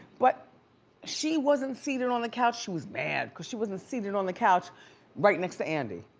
but she wasn't seated on the couch, she was mad cause she wasn't seated on the couch right next to andy.